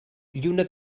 lluna